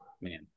man